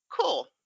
Cool